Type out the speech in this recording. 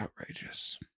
outrageous